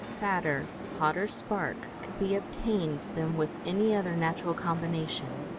fatter, hotter spark could be obtained than with any other natural combination.